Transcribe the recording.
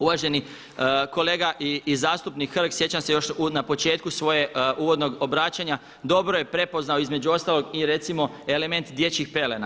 Uvaženi kolega i zastupnik Hrg, sjećam se još na početku svojeg uvodnog obraćanja, dobro je prepoznao između ostalog i recimo element dječjih pelena.